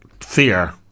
fear